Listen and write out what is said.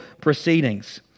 proceedings